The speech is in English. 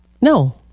No